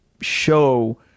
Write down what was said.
show